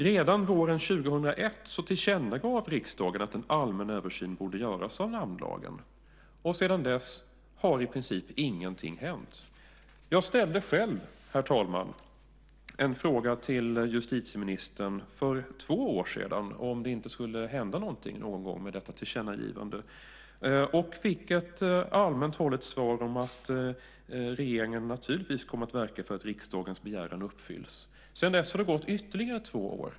Redan våren 2001 tillkännagav riksdagen att en allmän översyn borde göras av namnlagen. Sedan dess har i princip ingenting hänt. Jag ställde själv för två år sedan frågan till justitieministern om det inte någon gång skulle hända någonting med detta tillkännagivande. Jag fick ett allmänt hållet svar om att regeringen naturligtvis kommer att verka för att riksdagens begäran uppfylls. Sedan dess har det gått ytterligare två år.